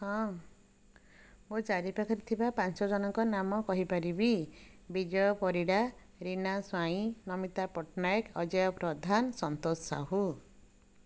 ହଁ ମୋ ଚାରିପାଖରେ ଥିବା ପାଞ୍ଚ ଜଣଙ୍କ ନାମ କହି ପାରିବି ବିଜୟ ପରିଡ଼ା ରୀନା ସ୍ୱାଇଁ ମମୀତ ପଟ୍ଟନାୟକ ଅଜୟ ପ୍ରଧାନ ସନ୍ତୋଷ ସାହୁ